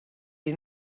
est